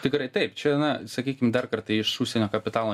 tikrai taip čia na sakykim dar kartą iš užsienio kapitalo